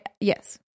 yes